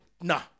nah